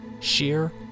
Sheer